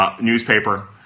newspaper